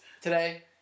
today